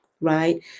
Right